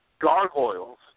gargoyles